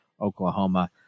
Oklahoma